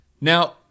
Now